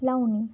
लावणी